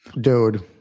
dude